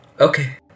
Okay